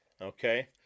Okay